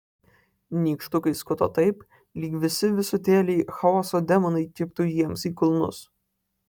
nykštukai skuto taip lyg visi visutėliai chaoso demonai kibtų jiems į kulnus